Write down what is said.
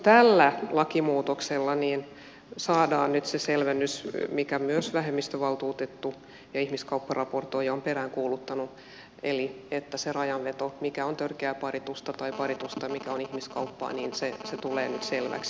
tällä lakimuutoksella saadaan nyt se selvennys mitä myös vähemmistövaltuutettu ja ihmiskaupparaportoija on peräänkuuluttanut eli se rajanveto mikä on törkeää paritusta tai paritusta mikä on ihmiskauppaa tulee nyt selväksi